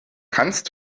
kannst